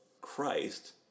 Christ